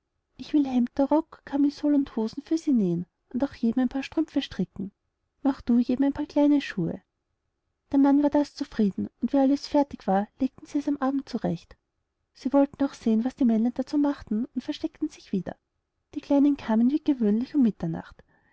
ich will hemder rock camisol und hosen für sie nähen auch jedem ein paar strümpfe stricken mach du jedem ein paar kleine schuhe der mann war das zufrieden und wie alles fertig war legten sie es am abend zurecht sie wollten auch sehen was die männlein dazu machten und versteckten sich wieder die kleinen kamen wie gewöhnlich um mitternacht